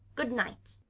good-night!